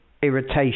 irritation